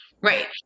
Right